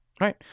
Right